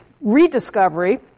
rediscovery